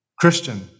Christian